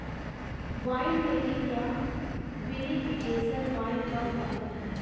winemaking या vinification wine का उत्पादन है